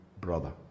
brother